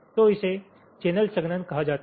तो इसे चैनल संघनन कहा जाता है